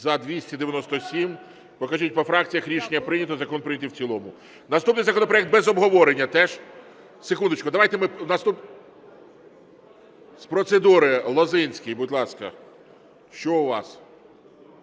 За-297 Покажіть по фракціях. Рішення прийнято. Закон прийнятий в цілому. Наступний законопроект без обговорення теж. Секундочку, давайте ми... З процедури – Лозинський, будь ласка. Що у вас?